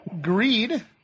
Greed